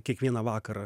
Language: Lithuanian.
kiekvieną vakarą